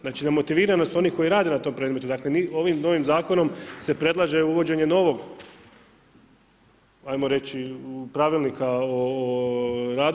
Znači, na motiviranost onih koji rade na tom predmetu, Dakle, ovim novim Zakonom se predlaže uvođenje novog, ajmo reći, pravilnika o radu.